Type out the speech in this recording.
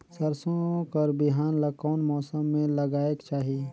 सरसो कर बिहान ला कोन मौसम मे लगायेक चाही?